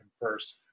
first